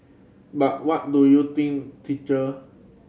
but what do you think teacher